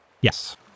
Yes